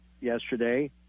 yesterday